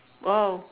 !wow!